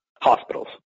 Hospitals